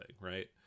right